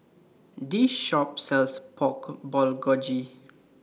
This Shop sells Pork Bulgogi